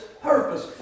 Purpose